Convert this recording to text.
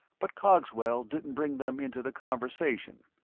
but cogswell didn't bring them into the conversation.